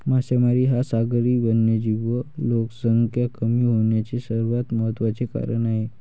मासेमारी हा सागरी वन्यजीव लोकसंख्या कमी होण्याचे सर्वात महत्त्वाचे कारण आहे